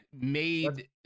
made